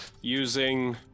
using